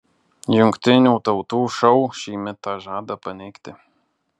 jungtinių tautų šou šį mitą žada paneigti